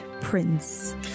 prince